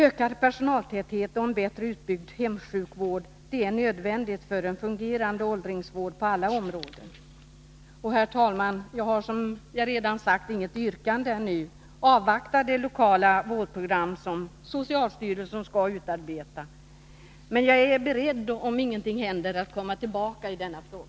Ökad personaltäthet och en bättre utbyggd hemsjukvård är nödvändig för en fungerande åldringsvård på alla områden. Herr talman! Jag har, som jag redan sagt, inget yrkande nu. Vi avvaktar det lokala vårdprogram som socialstyrelsen skall utarbeta. Men om ingenting händer är jag beredd att komma tillbaka i denna fråga.